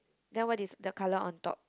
then what is the colour on top